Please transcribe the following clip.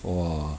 !wah!